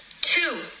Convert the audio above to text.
two